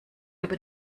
über